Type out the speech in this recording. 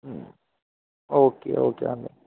okay okay అండి